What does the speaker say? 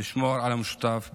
לשמור על המשותף בינינו.